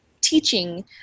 teaching